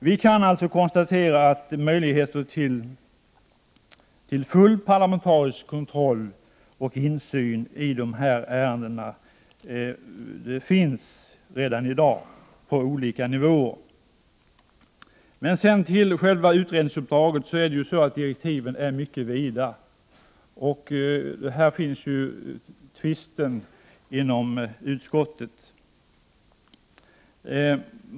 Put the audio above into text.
Vi kan konstatera att möjligheter till full parlamentarisk kontroll av och insyn i dessa ärenden finns redan i dag på olika nivåer. Direktiven för den utredning som skall se över terroristbestämmelserna är mycket vida. Det är i fråga om direktiven som det finns en tvist inom utskottet.